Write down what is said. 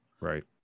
Right